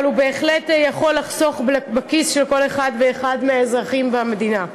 אבל הוא בהחלט יכול לחסוך בכיס של כל אחד ואחד מהאזרחים במדינה.